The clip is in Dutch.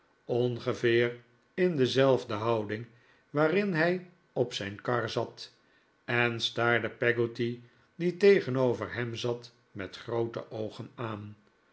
ongeveer in dezelfde houding waarin hij op zijn kar zat en staarde peggotty die tegenover hem zat met groote oogen aan